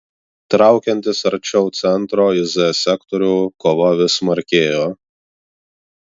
traukiantis arčiau centro į z sektorių kova vis smarkėjo